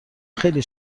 خیلی